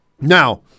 now